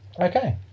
Okay